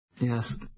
Yes